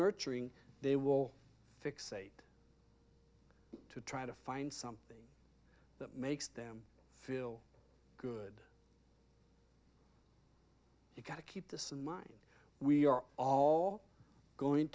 nurturing they will fixate to try to find something that makes them feel good gotta keep this in mind we are all going